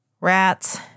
rats